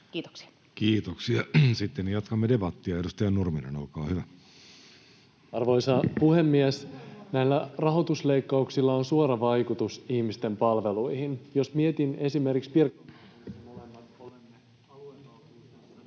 Kiitoksia. — Sitten jatkamme debattia. — Edustaja Nurminen, olkaa hyvä. Arvoisa puhemies! Näillä rahoitusleikkauksilla on suora vaikutus ihmisten palveluihin. Jos mietin esimerkiksi...